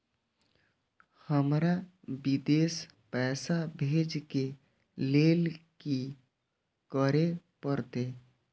हमरा विदेश पैसा भेज के लेल की करे परते?